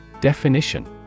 Definition